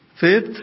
Fifth